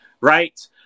right